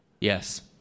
Yes